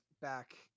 back